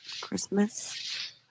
Christmas